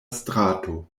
strato